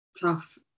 tough